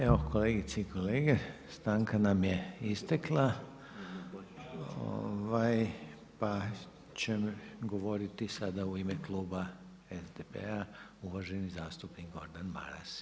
Evo kolegice i kolege, stanka nam je istekla pa će govoriti sada u ime kluba SDP-a uvaženi zastupnik Gordan Maras.